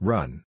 Run